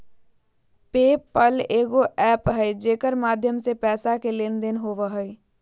पे पल एगो एप्प है जेकर माध्यम से पैसा के लेन देन होवो हय